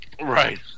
Right